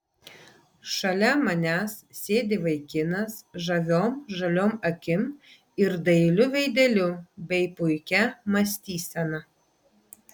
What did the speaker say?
šalia manęs sėdi vaikinas žaviom žaliom akim ir dailiu veideliu bei puikia mąstysena